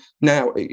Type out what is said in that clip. now